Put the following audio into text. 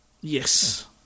Yes